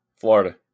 Florida